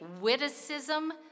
witticism